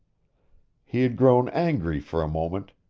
he had grown angry for a moment,